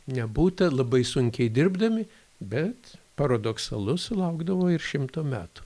nebūta labai sunkiai dirbdami bet paradoksalu sulaukdavo ir šimto metų